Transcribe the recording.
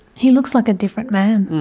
he looks like a different man.